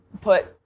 put